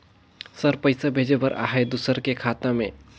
Sir पइसा भेजे बर आहाय दुसर के खाता मे?